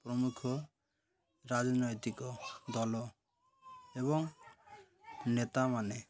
ପ୍ରମୁଖ ରାଜନୈତିକ ଦଳ ଏବଂ ନେତାମାନେ